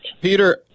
Peter